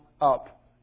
up